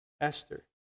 Esther